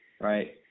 right